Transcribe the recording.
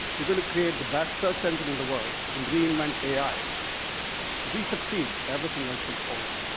we're going to create the best search engine in the world and reinvent ai if we succeed, everything else will follow.